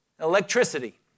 Electricity